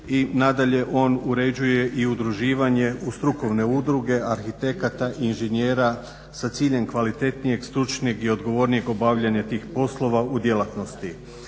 i nadalje on uređuje i udruživanje u strukovne udruge arhitekata, inženjera sa ciljem kvalitetnijeg, stručnijeg i odgovornijeg obavljanja tih poslova u djelatnosti